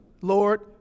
Lord